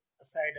aside